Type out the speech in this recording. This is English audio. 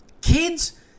kids